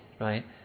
right